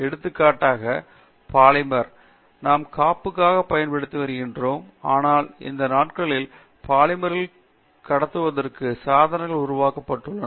எடுத்துக்காட்டுக்கு பாலிமர் நாம் காப்புக்காக பயன்படுத்திக் கொள்கிறோம் ஆனால் இந்த நாட்களில் பாலிமர்களை கடத்துவதற்கு சாதனங்கள் உருவாக்கப்படுகின்றன